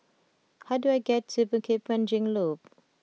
how do I get to Bukit Panjang Loop